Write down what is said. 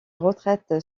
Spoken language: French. retraite